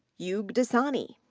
yug dassani,